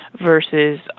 versus